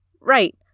right